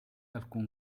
alcun